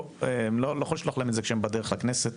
אני לא יכול לשלוח להם את זה שהם בדרך לכנסת,